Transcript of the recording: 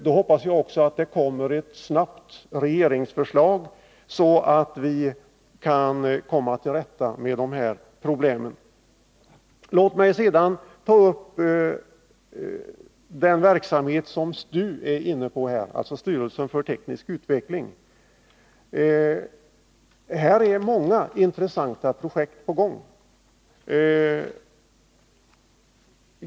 Då hoppas jag också att det snabbt läggs fram ett regeringsförslag, så att vi kan komma till rätta med problemen. Låt mig sedan ta upp den verksamhet som STU -— Styrelsen för teknisk utveckling — är inne på. Det är många intressanta projekt på gång.